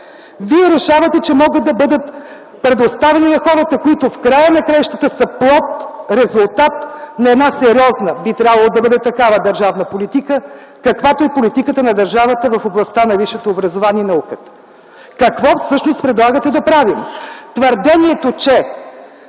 вие решавате, че могат да бъдат предоставени на хората, които в края на краищата са плод, резултат на една сериозна, би трябвало да бъде такава, държавна политика, каквато е политиката на държавата в областта на висшето образование и науката. Какво всъщност предлагате да правим? Твърдението, че